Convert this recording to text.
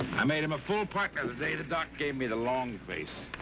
i made him a full partner, the day the doc gave me the long face.